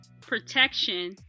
protection